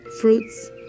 fruits